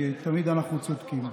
כי תמיד אנחנו צודקים.